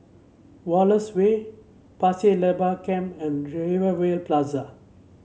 Wallace Way Pasir Laba Camp and Rivervale Plaza